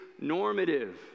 normative